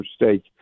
mistake